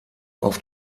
auf